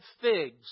figs